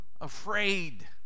afraid